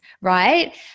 right